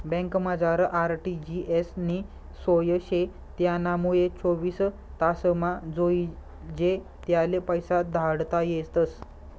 बँकमझार आर.टी.जी.एस नी सोय शे त्यानामुये चोवीस तासमा जोइजे त्याले पैसा धाडता येतस